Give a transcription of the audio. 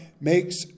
makes